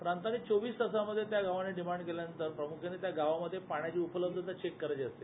प्रांताने चोवीस तासांमध्ये त्या गावानं डिमांड दिल्यानंतर प्रामुख्यानं त्या गावातील उपलब्धता चेक करायची असते